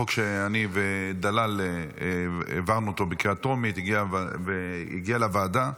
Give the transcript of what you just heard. חוק שאני ודלל העברנו בקריאה טרומית הגיע לוועדה,